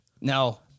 No